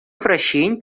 раҫҫейӗн